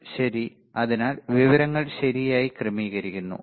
ശരി അതിനാൽ വിവരങ്ങൾ ശരിയായി ക്രമീകരിക്കുന്നു